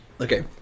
Okay